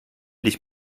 dich